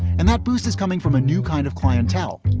and that boost is coming from a new kind of clientele.